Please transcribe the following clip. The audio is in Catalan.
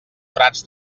prats